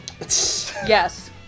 Yes